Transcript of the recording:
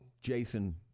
Jason